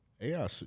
AI